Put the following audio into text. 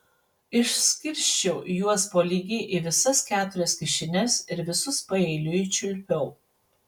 išskirsčiau juos po lygiai į visas keturias kišenes ir visus paeiliui čiulpiau